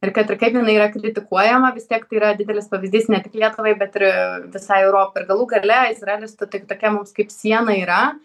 ir kad ir kaip jinai yra kritikuojama vis tiek tai yra didelis pavyzdys ne tik lietuvai bet ir visai europai ir galų gale izraelis to tik tokiam kaip siena yra